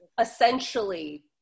essentially